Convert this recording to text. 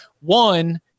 one